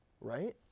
Right